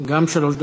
גם שלוש דקות.